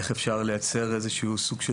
איך אפשר לייצר איזה שהוא סוג של